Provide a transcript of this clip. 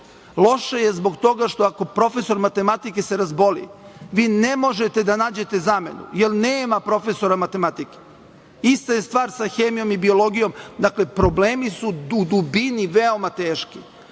Loše je zbog toga što ako profesor matematike se razboli, vi ne možete da nađete zamenu, jer nema profesora matematike. Ista je stvar sa hemijom i biologijom. Dakle, problemi su u dubini veoma teški.